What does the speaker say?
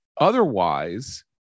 Otherwise